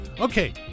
Okay